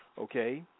Okay